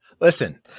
listen